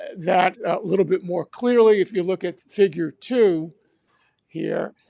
that little bit more clearly, if you look at figure two here,